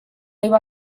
iba